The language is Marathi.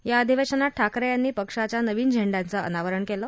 या अधिवेशनात ठाकरे यांनी पक्षाच्या नवीन झेंड्याचं अनावरण केलं